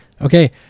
Okay